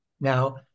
now